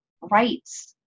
rights